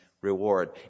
reward